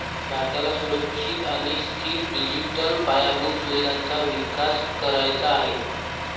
भारताला सुरक्षित आणि स्थिर डिजिटल पायाभूत सुविधांचा विकास करायचा आहे